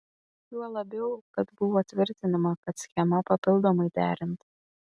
juo labiau kad buvo tvirtinama kad schema papildomai derinta